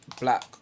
black